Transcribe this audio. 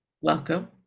Welcome